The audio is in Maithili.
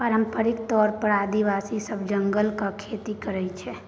पारंपरिक तौर पर आदिवासी सब जंगलक खेती करय छै